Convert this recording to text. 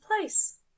place